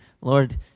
Lord